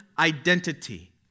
identity